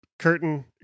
curtain